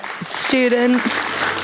students